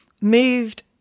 moved